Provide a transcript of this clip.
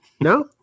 No